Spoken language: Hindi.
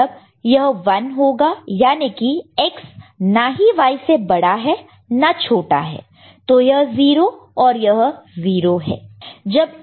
इसका मतलब यह 1 होगा याने की X नाही Y से बड़ा है ना छोटा है तो यह 0 और 0 है